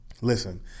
Listen